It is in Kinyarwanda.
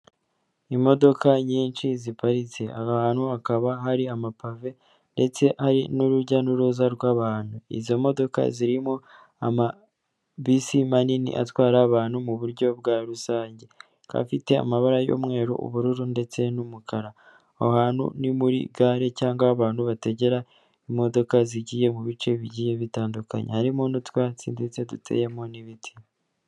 Imodoka nyinshi ziparitse. Aho hantu hakaba hari amapave ndetse hari n'urujya n'uruza rw'abantu. Izo modoka zirimo amabisi manini atwara abantu mu buryo bwa rusange. Akaba afite amabara y'umweru, ubururu ndetse n'umukara. Aho hantu ni muri gare cyangwa aho abantu bategera imodoka zigiye mu bice bigiye bitandukanye, harimo n'utwatsi ndetse duteyemo n'ibiti.